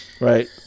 Right